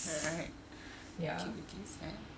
all right all right okay okay send